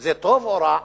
זה טוב או רע?